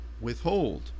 withhold